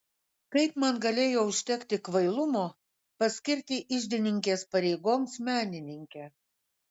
kaip man galėjo užtekti kvailumo paskirti iždininkės pareigoms menininkę